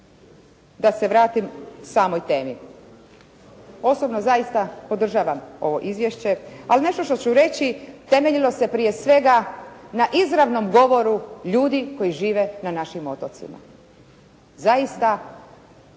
da se vratim samoj temi. Osobno zaista podržavam ovo izvješće, ali nešto što ću reći temeljilo se prije svega na izravnom govoru ljudi koji žive na našim otocima. Zaista